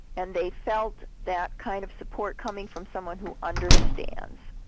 and they felt that kind of support coming from someone who understands.